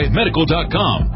medical.com